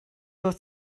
fod